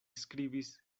skribis